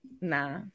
Nah